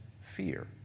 fear